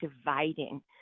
dividing